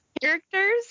characters